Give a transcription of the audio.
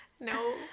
No